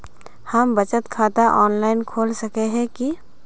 हम बचत खाता ऑनलाइन खोल सके है की?